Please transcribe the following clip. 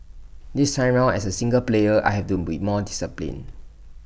this time round as A singles player I have to be more disciplined